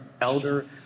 elder